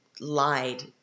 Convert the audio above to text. lied